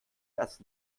das